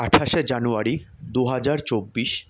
আঠাশে জানুয়ারি দু হাজার চব্বিশ